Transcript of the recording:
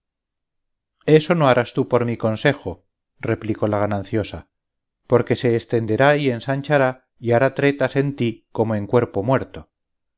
eso no harás tú por mi consejo replicó la gananciosa porque se estenderá y ensanchará y hará tretas en ti como en cuerpo muerto